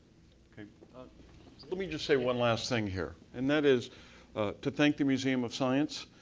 kind of let me just say one last thing here. and that is to thank the museum of science.